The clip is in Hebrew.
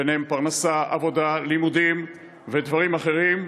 ביניהם פרנסה, עבודה, לימודים ודברים אחרים,